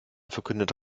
verkündete